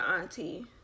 auntie